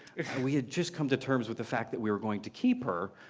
we had just come to terms with the fact that we were going to keep her,